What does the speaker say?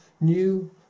new